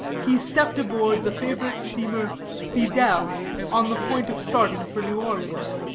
he stepped aboard the favorite steamer fidele, on the point of starting for new orleans.